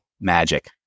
magic